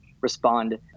respond